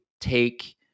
take